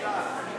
מה קורה עם ש"ס?